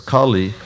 Kali